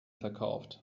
verkauft